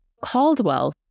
Caldwell